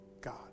God